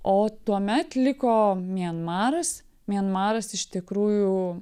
o tuomet liko mianmaras mianmaras iš tikrųjų